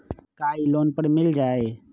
का इ लोन पर मिल जाइ?